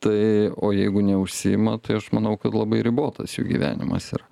tai o jeigu neužsiima tai aš manau kad labai ribotas jų gyvenimas yra